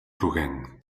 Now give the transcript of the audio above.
groguenc